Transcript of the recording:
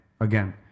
again